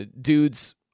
dudes